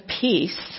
peace